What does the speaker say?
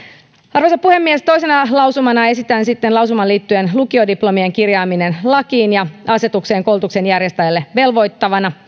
arvoisa puhemies toisena lausumana esitän sitten lausumaa lukiodiplomien kirjaamisesta lakiin ja asetukseen koulutuksen järjestäjää velvoittavasti